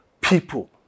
people